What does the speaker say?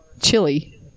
chili